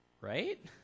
right